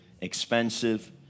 expensive